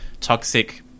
toxic